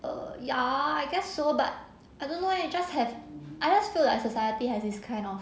err ya I guess so but I don't know leh I just have I just feel like society has this kind of